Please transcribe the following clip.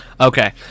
Okay